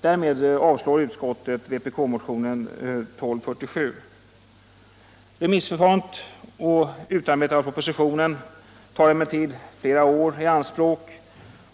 Därmed avstyrker utskottet vpk-motionen 1247. Remissförfarandet och utarbetandet av propositionen tar emellertid flera år i anspråk.